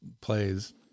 plays